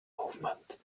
movement